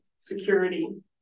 Security